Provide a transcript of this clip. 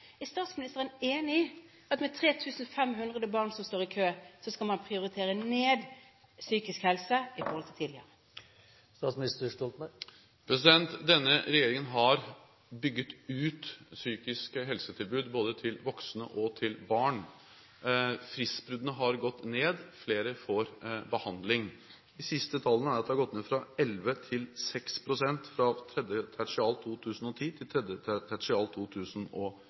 Er statsministeren enig i at man – med 3 500 barn som står i kø – skal prioritere ned psykisk helse i forhold til tidligere? Denne regjeringen har bygget ut psykiske helsetilbud, både til voksne og til barn. Fristbruddene har gått ned, flere får behandling. De siste tallene er at det har gått ned fra 11 pst. til 6 pst. fra tredje tertial 2010 til tredje tertial